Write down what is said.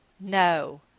No